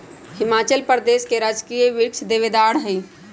हिमाचल प्रदेश के राजकीय वृक्ष देवदार हई